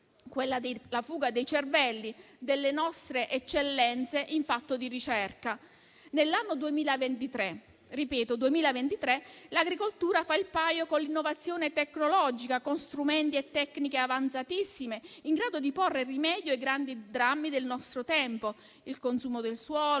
la fuga dei cervelli, delle nostre eccellenze in fatto di ricerca. Nell'anno 2023 - ripeto, 2023 - l'agricoltura fa il paio con l'innovazione tecnologica, con strumenti e tecniche avanzatissime in grado di porre rimedio ai grandi drammi del nostro tempo (il consumo del suolo,